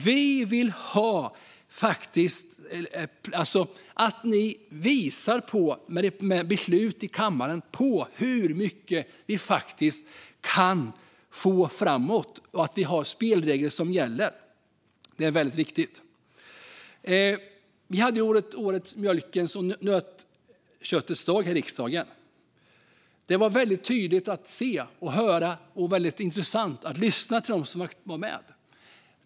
Vi vill att ni med beslut i kammaren visar hur mycket vi faktiskt kan få framöver och att vi får spelregler som gäller. Det är väldigt viktigt. Vi hade Mjölkens och nötköttets dag här i riksdagen. Det var väldigt intressant att lyssna till dem som var med.